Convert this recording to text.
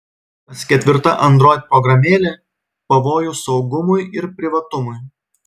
kas ketvirta android programėlė pavojus saugumui ir privatumui